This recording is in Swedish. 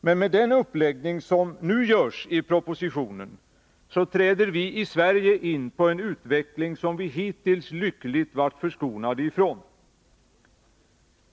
Men med den uppläggning som nu görs i propositionen går vi i Sverige mot en utveckling som vi hittills varit lyckligt förskonade ifrån.